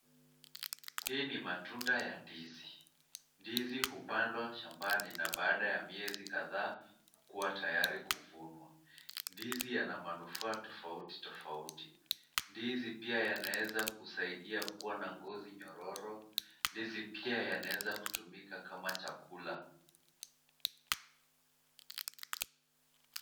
Hii ni matunda ya ndizi. Ndizi upandwa shambani na baada ya miezi kadhaa kuwa tayari kuvunwa. Ndizi yana manufaa tofauti tofauti. Ndizi pia yanaeza kusaidia kuwa na ngozi nyororo. Ndizi pia yanaeza kutumika kama chakula.